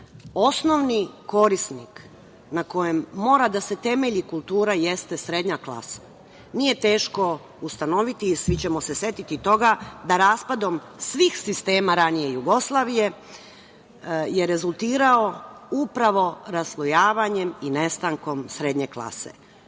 tržištu. Osnovni korisnik na kojem mora da se temelji kultura jeste srednja klasa. Nije teško ustanoviti, svi ćemo se setiti toga, da raspadom svih sistema ranije Jugoslavije je rezultirao upravo raslojavanjem i nestankom srednje klase.